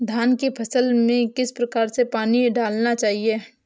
धान की फसल में किस प्रकार से पानी डालना चाहिए?